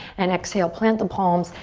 and exhale, plant the palms,